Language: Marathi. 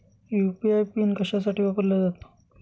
यू.पी.आय पिन कशासाठी वापरला जातो?